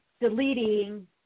deleting